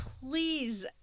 please